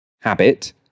habit